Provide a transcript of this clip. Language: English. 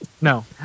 no